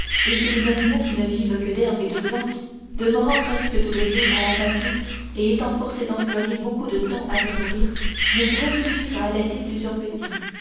est que les animaux qui ne vivent que d'herbes et de plantes demeurant presque tout le jour à la pâture et étant forcés d'employer beaucoup de temps à se nourrir ne pourraient suffire à allaiter plusieurs petits